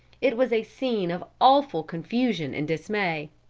it was a scene of awful confusion and dismay.